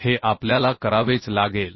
हे आपल्याला करावेच लागेल